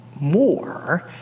more